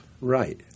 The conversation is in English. Right